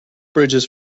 bridges